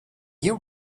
you